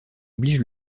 oblige